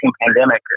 pandemic